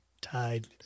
tied